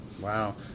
Wow